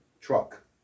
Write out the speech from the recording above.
truck